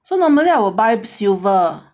so normally I will buy silver